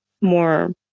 more